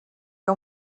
que